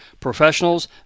professionals